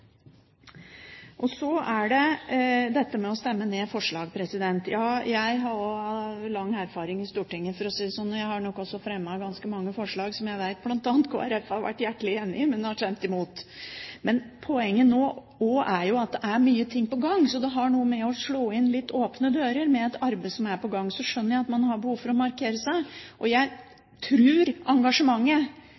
det dette med å stemme ned forslag. Jeg har lang erfaring i Stortinget, for å si det sånn, og jeg har nok også fremmet ganske mange forslag som jeg vet bl.a. Kristelig Folkeparti har vært hjertelig enig i, men som de har stemt imot. Poenget nå er at det er mange ting på gang, så det har noe å gjøre med å slå inn åpne dører. Med et arbeid som er på gang, skjønner jeg at man har behov for å markere seg. Og jeg